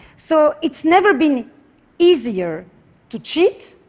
so it's never been easier to cheat,